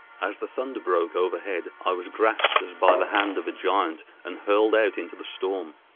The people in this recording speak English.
as the thunder broke overhead, i was grasped as by the hand of a giant and hurled out into the storm.